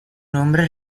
nombre